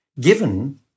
given